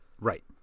Right